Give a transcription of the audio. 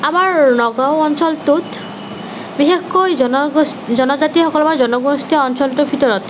আমাৰ নগাঁও অঞ্চলটোত বিশেষকৈ জনগোষ্ জনজাতিসকল বা জনগোষ্ঠীয় অঞ্চলটোৰ ভিতৰত